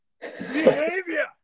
behavior